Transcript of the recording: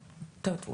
טוב,